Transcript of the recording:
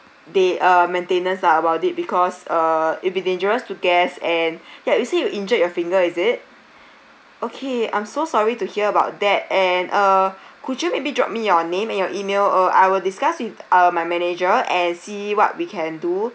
they uh maintenance ah about it because uh it'd be dangerous to guests and ya you said you injured your finger is it okay I'm so sorry to hear about that and uh could you maybe drop me your name and your E-mail uh I will discuss with uh my manager and see what we can do